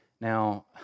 Now